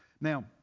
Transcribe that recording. Now